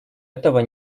этого